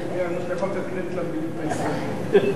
יכול לתת קרדיט למדיניות הישראלית,